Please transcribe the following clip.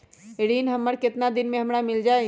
ऋण हमर केतना दिन मे हमरा मील जाई?